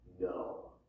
no